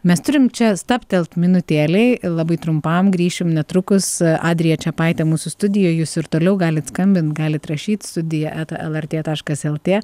mes turim čia stabtelt minutėlei labai trumpam grįšim netrukus adrija čepaitė mūsų studijoj jūs ir toliau galit skambint galit rašyt studija eta lrt taškas lt